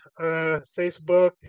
Facebook